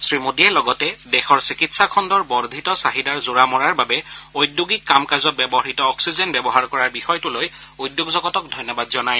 শ্ৰীমোদীয়ে লগতে দেশৰ চিকিৎসাখণ্ডৰ বৰ্ধিত চাহিদাৰ জোৰা মৰাৰ বাবে ঔদ্যোগিক কাম কাজত ব্যৱহৃত অক্সিজেন ব্যৱহাৰ কৰাৰ বিষয়টোলৈ উদ্যোগজগতক ধন্যবাদ জনায়